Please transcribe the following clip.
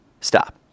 stop